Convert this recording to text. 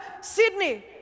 Sydney